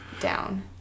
down